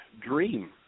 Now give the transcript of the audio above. dream